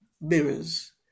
mirrors